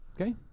Okay